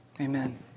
Amen